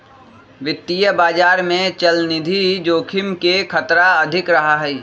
वित्तीय बाजार में चलनिधि जोखिम के खतरा अधिक रहा हई